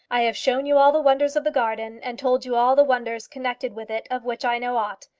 i have shown you all the wonders of the garden, and told you all the wonders connected with it of which i know aught.